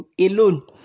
alone